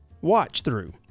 watch-through